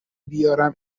بیارم